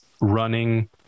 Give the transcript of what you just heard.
running